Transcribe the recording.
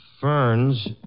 ferns